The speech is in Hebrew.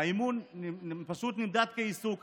האימון פשוט נמדד כעיסוק.